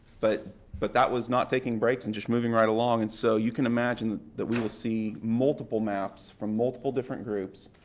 but but that was not taking breaks and just moving right along and so you can imagine that we will see multiple maps from multiple different groups